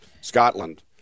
Scotland